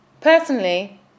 Personally